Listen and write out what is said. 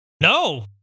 No